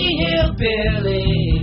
hillbilly